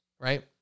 right